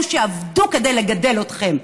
תאהבו את אלו שעבדו כדי לגדל אתכם.